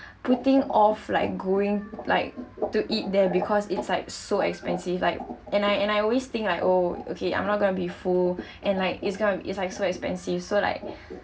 putting off like going like to eat there because it's like so expensive like and I and I always think like oh okay I'm not going to be full and Iike is going is like so expensive so like